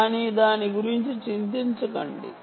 కానీ దాని గురించి చింతించకండి